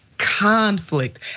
conflict